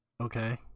Okay